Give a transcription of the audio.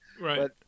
right